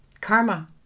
karma